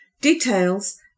Details